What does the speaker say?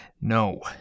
No